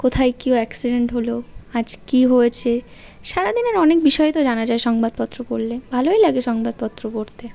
কোথায় কেউ অ্যাক্সিডেন্ট হলো আজ কী হয়েছে সারা দিনের অনেক বিষয় তো জানা যায় সংবাদপত্র পড়লে ভালোই লাগে সংবাদপত্র পড়তে